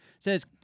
says